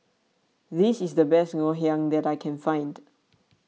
this is the best Ngoh Hiang that I can find